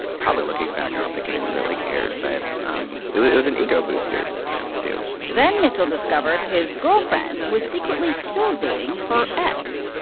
probably looking back, i don't think anyone really cared, but um it was an ego-booster, you know, too then mitchell discovered his girlfriend was secretly still dating her ex.